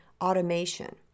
automation